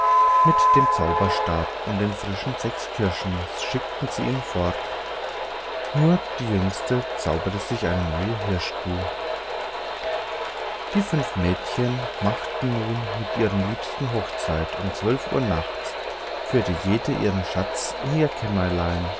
mit dem zauberstab und den frischen sechs kirschen schickten sie ihn fort nur die jüngste zauberte sich eine neue hirschkuh die fünf mädchen machten nun mit ihren liebsten hochzeit um zwölf uhr nachts führte jede ihren schatz in ihr kämmerlein